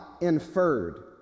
inferred